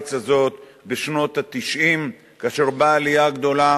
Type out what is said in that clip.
בארץ הזאת בשנות ה-90, כאשר באה העלייה הגדולה